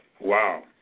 Wow